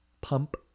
pump